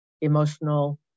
emotional